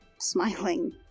smiling